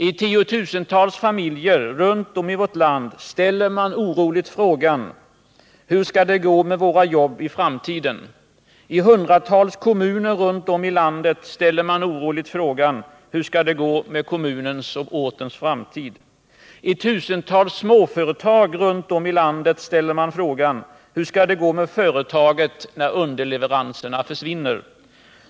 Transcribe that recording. I tiotusentals familjer runt om i vårt land ställer man oroligt frågan: Hur skall det gå med våra jobb i framtiden? I hundratals kommuner runt om i landet ställer man oroligt frågan: Hur skall det gå med kommunens och ortens framtid? I tusentals småföretag landet över ställer man oroligt frågan: Hur skall det gå med företaget, när underleveranserna försvinner?